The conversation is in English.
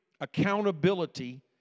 accountability